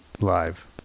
live